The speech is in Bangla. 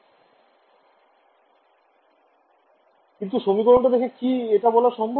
→ কিন্তু সমীকরণটা দেখে কি এটা বলা সম্ভব